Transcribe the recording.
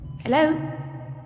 Hello